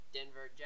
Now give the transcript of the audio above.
Denver